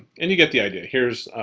and you get the idea. here's,